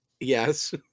Yes